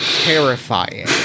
terrifying